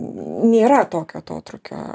nėra tokio atotrūkio